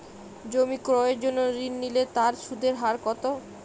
জমি ক্রয়ের জন্য ঋণ নিলে তার সুদের হার কতো?